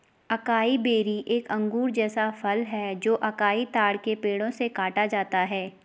acai berry एक अंगूर जैसा फल है जो अकाई ताड़ के पेड़ों से काटा जाता है